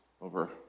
over